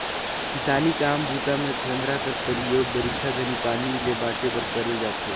किसानी काम बूता मे खोम्हरा कर परियोग बरिखा घनी पानी ले बाचे बर करल जाथे